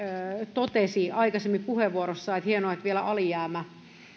totesi aikaisemmin puheenvuorossaan että on hienoa että vielä alijäämä